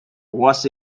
was